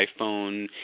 iPhone